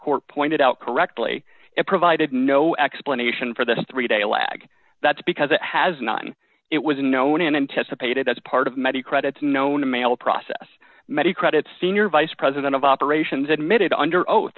court pointed out correctly it provided no explanation for this three day lag that's because it has none it was unknown and anticipated as part of many credits known mail process many credit senior vice president of operations admitted under oath